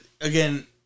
again